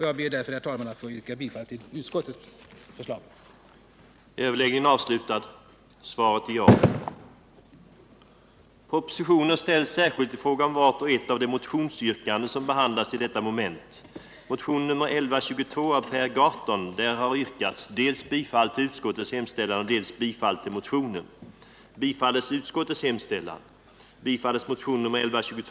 Jag ber därför, herr talman, att få yrka bifall till utskottets förslag.